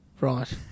Right